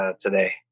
today